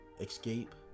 Escape